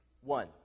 One